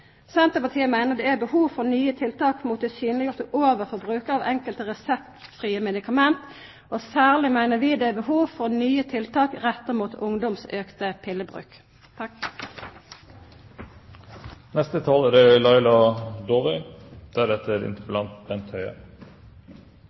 Senterpartiet meiner det er behov for nye tiltak mot det synleggjorte overforbruket av enkelte reseptfrie medikament, og særleg meiner vi det er behov for nye tiltak retta mot ungdoms auka pillebruk.